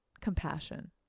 Compassion